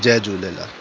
Jay Jhulelal